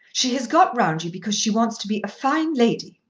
she has got round you because she wants to be a fine lady.